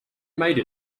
made